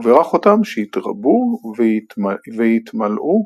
וברך אותם שיתרבו ויתמלאו